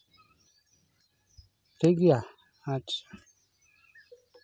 ᱴᱷᱤᱠᱜᱮᱭᱟ ᱟᱪᱪᱷᱟ